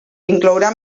inclourà